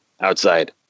outside